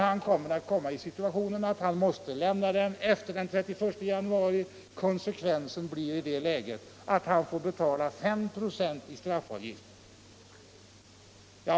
Han måste då lämna uppgiften efter den 31 januari, och konsekvensen blir att han får betala 5 ?5 i straffavgift.